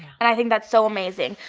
and i think that's so amazing.